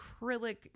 acrylic